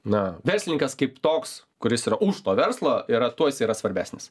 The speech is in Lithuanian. na verslininkas kaip toks kuris yra už to verslo yra tuo jis yra svarbesnis